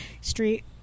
street